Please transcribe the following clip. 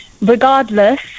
regardless